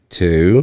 two